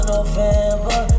November